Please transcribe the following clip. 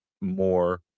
more